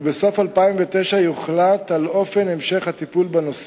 ובסוף 2009 יוחלט על אופן המשך הטיפול בנושא.